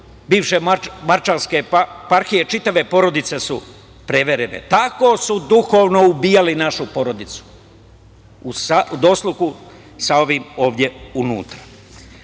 bivše Mačvanske eparhije čitave porodice su preverene. Tako su duhovno ubijali našu porodicu u dosluhu sa ovim ovde unutra. Kada